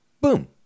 boom